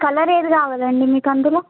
colour ఏది కావాలండి మీకు అందులో